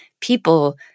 people